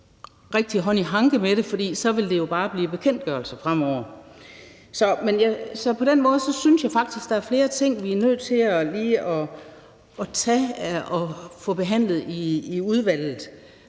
rigtig hånd i hanke med det, for så vil det jo bare blive bekendtgørelser fremover. Så på den måde synes jeg faktisk, der er flere ting, vi er nødt til lige at tage og få behandlet i udvalget.